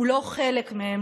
הוא לא חלק מהם,